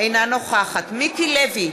אינה נוכחת מיקי לוי,